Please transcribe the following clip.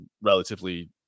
relatively